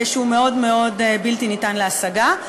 שהוא מאוד מאוד בלתי ניתן להשגה,